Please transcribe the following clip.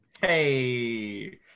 Hey